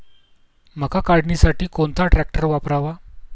मका काढणीसाठी कोणता ट्रॅक्टर वापरावा?